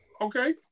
okay